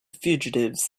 fugitives